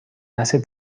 hace